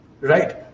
Right